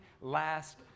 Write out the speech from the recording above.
last